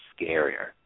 scarier